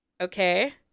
Okay